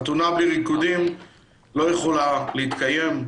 חתונה בלי ריקודים לא יכולה להתקיים.